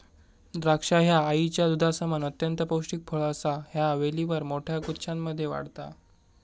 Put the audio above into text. द्राक्षा ह्या आईच्या दुधासमान अत्यंत पौष्टिक फळ असा ह्या वेलीवर मोठ्या गुच्छांमध्ये वाढता